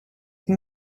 can